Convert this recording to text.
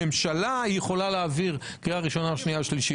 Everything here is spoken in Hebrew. הממשלה יכולה להעביר קריאה שנייה ושלישית,